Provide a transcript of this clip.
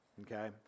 okay